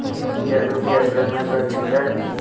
क्या UPI payment सुरक्षित है?